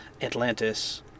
Atlantis